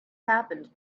happened